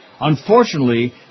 Unfortunately